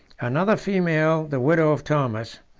another female, the widow of thomas,